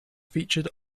featured